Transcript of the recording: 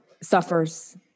suffers